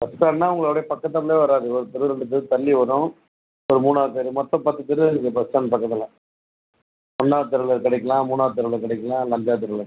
bus ஸ்டாண்ட்னா உங்களுக்கு பக்கத்துலயே வராது ஒரு தெரு ரெண்டு தெரு தள்ளி வரும் மூணாவது தெரு மொத்தம் பத்து தெரு இருக்குது பஸ் ஸ்டாண்ட் பக்கத்தில் ஒன்னாவது தெருவில் கிடைக்கலாம் மூணாவது தெருவில் கிடைக்கலாம் இல்லை அஞ்சாவது தெருவில் கிடைக்கலாம்